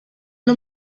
los